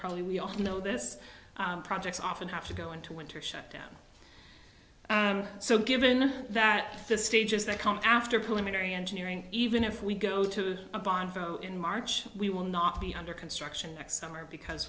probably we all know this projects often have to go into winter shutdown so given that the stages that come after preliminary engineering even if we go to a bond in march we will not be under construction next summer because